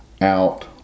out